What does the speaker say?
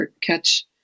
catch